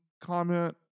comment